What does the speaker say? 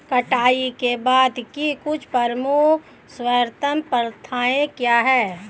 कटाई के बाद की कुछ प्रमुख सर्वोत्तम प्रथाएं क्या हैं?